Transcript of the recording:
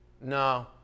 No